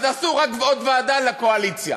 אז תעשו רק עוד ועדה לקואליציה.